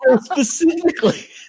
specifically